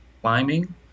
climbing